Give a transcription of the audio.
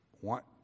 want